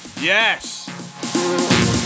Yes